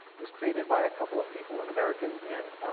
it was created by a couple of people, an american and